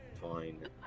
Fine